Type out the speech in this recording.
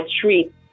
treat